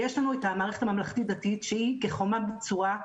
יש לנו את המערכת הממלכתית-דתית שהיא כחומה בצורה,